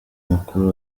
mukuru